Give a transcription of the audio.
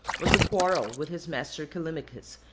was the quarrel with his master callimachus,